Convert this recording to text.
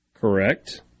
Correct